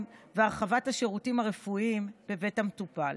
והרחבת השירותים הרפואיים בבית המטופל.